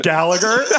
Gallagher